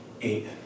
Eight